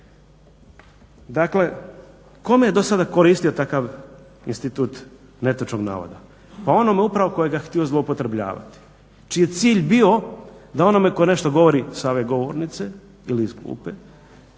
Dakle, kome je do sada koristio takav institut netočnog navoda? Pa onome upravo tko ga je htio zloupotrebljavati, čiji je cilj bio da onome tko nešto govori sa ove govornice ili iz klupe